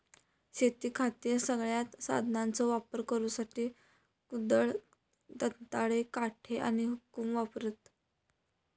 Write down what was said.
शेतीखातीर सगळ्यांत साधनांचो वापर करुसाठी कुदळ, दंताळे, काटे आणि हुकुम वापरतत